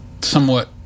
somewhat